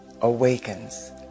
awakens